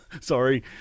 sorry